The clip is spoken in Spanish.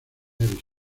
eres